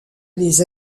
les